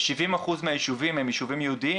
70% מהיישובים האלה הם יישובים יהודיים,